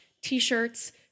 t-shirts